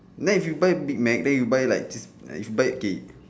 then if you buy big Mac then you buy like just is buy okay